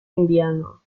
indiano